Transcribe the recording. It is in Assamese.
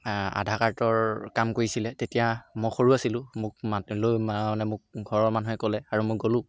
আধাৰ কাৰ্ডৰ কাম কৰিছিলে তেতিয়া মই সৰু আছিলোঁ মোক মাতি লৈ মা মানে মোক ঘৰৰ মানুহে ক'লে আৰু মই গ'লো